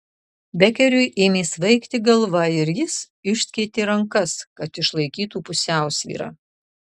bekeriui ėmė svaigti galva ir jis išskėtė rankas kad išlaikytų pusiausvyrą